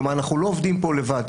כלומר: אנחנו לא עובדים פה לבד.